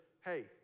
hey